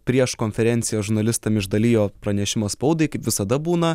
prieš konferenciją žurnalistam išdalijo pranešimą spaudai kaip visada būna